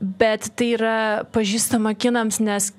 bet tai yra pažįstama kinams nes